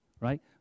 right